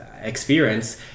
experience